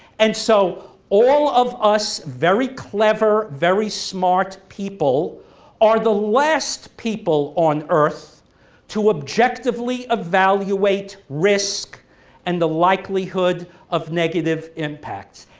and so all of us very clever, very smart people are the last people on earth to objectively evaluate risk and the likelihood of negative impacts.